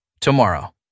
tomorrow